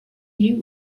you